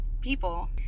people